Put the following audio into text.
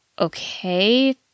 okay